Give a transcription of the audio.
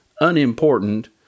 unimportant